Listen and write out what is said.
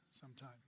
sometime